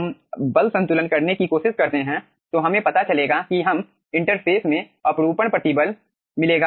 अब यदि हम बल संतुलन करने की कोशिश करते हैं तो हमें पता चलेगा कि हम इंटरफ़ेस में अपरूपण प्रतिबल मिलेगा